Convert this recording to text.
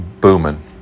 booming